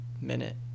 minute